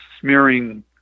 smearing